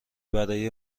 برای